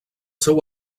seu